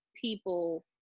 people